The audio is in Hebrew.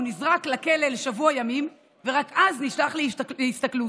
הוא נזרק לכלא לשבוע ימים ורק אז נשלח להסתכלות.